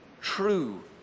true